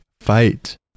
fight